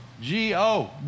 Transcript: G-O